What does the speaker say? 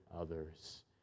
others